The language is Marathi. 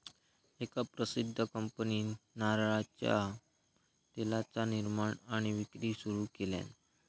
एका प्रसिध्द कंपनीन नारळाच्या तेलाचा निर्माण आणि विक्री सुरू केल्यान